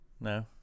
No